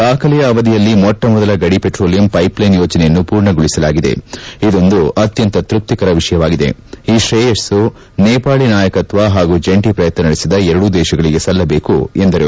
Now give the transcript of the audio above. ದಾಖಲೆಯ ಅವಧಿಯಲ್ಲಿ ಮೊಟ್ಟ ಮೊದಲ ಗಡಿ ಪೆಟ್ರೋಲಿಯಂ ಪೈಪ್ಲೈನ್ ಯೋಜನೆಯನ್ನು ಪೂರ್ಣಗೊಳಿಸಲಾಗಿದೆ ಇದೊಂದು ಅತ್ಯಂತ ತೃಪ್ತಿಕರ ವಿಷಯವಾಗಿದೆ ಈ ತ್ರೇಯಸ್ಸು ನೇಪಾಳಿ ನಾಯಕತ್ವ ಹಾಗೂ ಜಂಟಿ ಪ್ರಯತ್ನ ನಡೆಸಿದ ಎರಡೂ ದೇಶಗಳಿಗೆ ಸಲ್ಲಬೇಕು ಎಂದರು